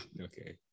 okay